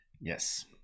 yes